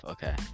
Okay